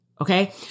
Okay